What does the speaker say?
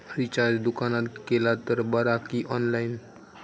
Recharge दुकानात केला तर बरा की ऑनलाइन?